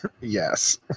yes